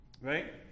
right